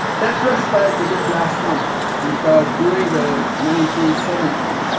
that respite didn't last long because, during the nineteen seventy s,